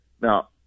Now